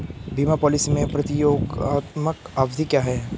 बीमा पॉलिसी में प्रतियोगात्मक अवधि क्या है?